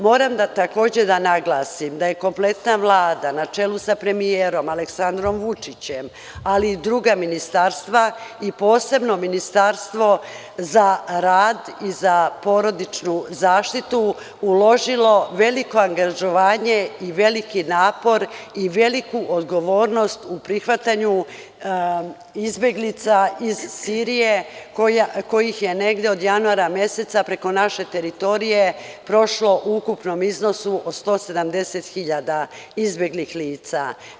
Moram da naglasim da je kompletna Vlada, na čelu sa premijerom Aleksandrom Vučićem, ali i druga ministarstva, i posebno Ministarstvo za rad i porodičnu zaštitu uložilo veliko angažovanje i veliki napor i veliku odgovornost u prihvatanju izbeglica iz Sirije, kojih je negde od januara meseca prošlo u ukupnom iznosu od 170.000 preko naše teritorije.